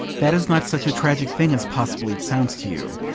that is not such a tragic thing as possibly it sounds to you.